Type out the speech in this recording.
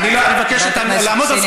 חברת הכנסת קסניה